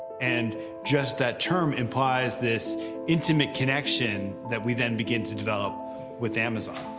and just that term implies this intimate connection that we then begin to develop with amazon.